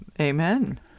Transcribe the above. Amen